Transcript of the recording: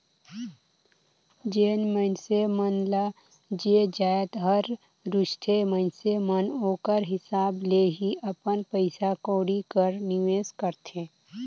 जेन मइनसे मन ल जे जाएत हर रूचथे मइनसे मन ओकर हिसाब ले ही अपन पइसा कउड़ी कर निवेस करथे